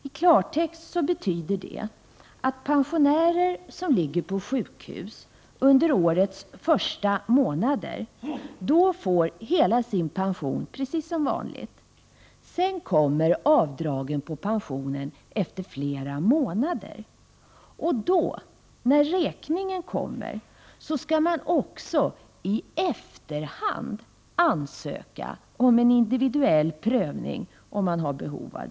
I klartext betyder det att pensionärer som ligger på sjukhus under årets första månader får hela sin pension, precis som vanligt. Först efter flera månader kommer avdragen på pensionen. När räkningen kommer, skall man också i efterhand ansöka om individuell prövning — om behov därav föreligger.